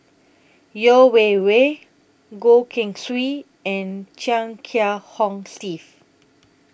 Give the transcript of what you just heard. Yeo Wei Wei Goh Keng Swee and Chia Kiah Hong Steve